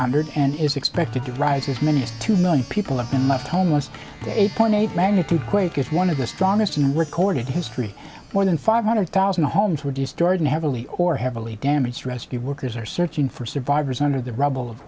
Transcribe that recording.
hundred and is expected to rise as many as two million people have been left homeless eight point eight magnitude quake is one of the strongest in recorded history more than five hundred thousand homes were destroyed and heavily or heavily damaged rescue workers are searching for survivors under the rubble of